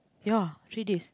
ya three days